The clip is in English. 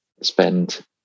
spend